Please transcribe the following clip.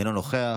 אינו נוכח,